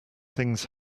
things